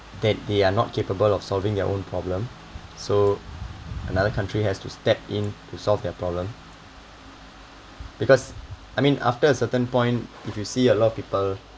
that they are not capable of solving their own problem so another country has to step in to solve their problem because I mean after a certain point if you see a lot of people